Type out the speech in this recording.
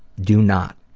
do not.